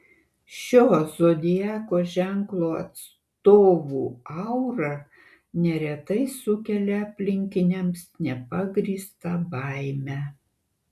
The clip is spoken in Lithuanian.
šio zodiako ženklo atstovų aura neretai sukelia aplinkiniams nepagrįstą baimę